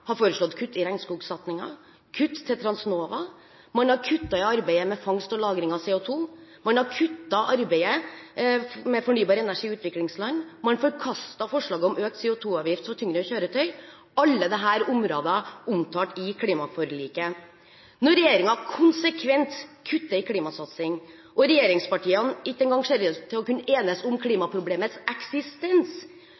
har foreslått kutt i regnskogsatsingen, kutt til Transnova, man har kuttet i arbeidet med fangst og lagring av CO2, man har kuttet i arbeidet med fornybar energi i utviklingsland, man forkastet forslaget om økt CO2-avgift for tyngre kjøretøy. Alle disse områdene er omtalt i klimaforliket. Når regjeringen konsekvent kutter i klimasatsing, og regjeringspartiene ikke engang ser ut til å kunne enes om